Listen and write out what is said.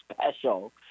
special